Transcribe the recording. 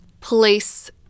Police